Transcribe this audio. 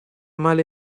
male